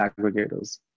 aggregators